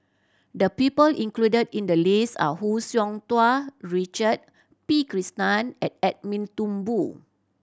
the people included in the list are Hu Tsu Tau Richard P Krishnan and Edwin Thumboo